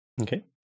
Okay